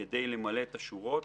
כדי למלא את השורות.